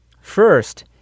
First